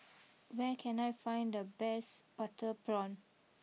where can I find the best Butter Prawn